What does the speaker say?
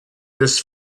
this